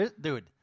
Dude